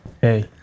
Hey